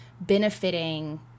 benefiting